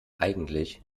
eigentlich